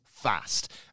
Fast